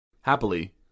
Happily